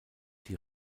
die